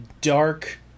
dark